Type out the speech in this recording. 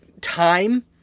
time